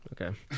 Okay